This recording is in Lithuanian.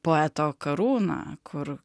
poeto karūna kur